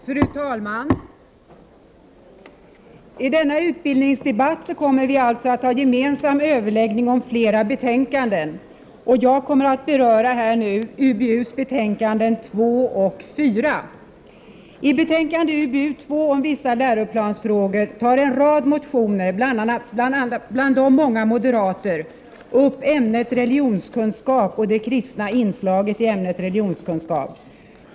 Fru talman! I denna utbildningsdebatt kommer vi att ha gemensam överläggning om flera betänkanden. Jag kommer att beröra utbildningsutskottets betänkanden 2 och 4. I betänkande UbU2 om vissa läroplansfrågor tar en rad motioner, bland dem många moderata, upp ämnet religionskunskap och det kristna inslaget i detta ämne.